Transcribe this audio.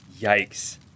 Yikes